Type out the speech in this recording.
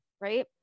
right